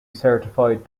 certified